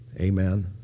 Amen